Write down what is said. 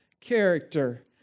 character